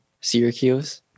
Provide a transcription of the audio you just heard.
Syracuse